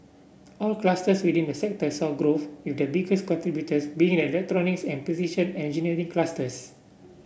all clusters within the sector saw growth with the biggest contributors being the electronics and precision engineering clusters